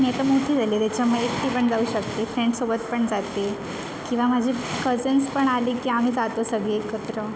मी आता मोठी झाले त्याच्यामुळे एकटी पण जाऊ शकते फ्रेंड्ससोबत पण जाते किंवा माझे कजन्स पण आले की आम्ही जातो सगळी एकत्र